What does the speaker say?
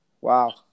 wow